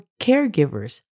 caregivers